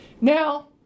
Now